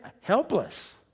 helpless